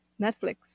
Netflix